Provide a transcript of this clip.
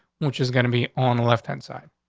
which is going to be on the left hand side.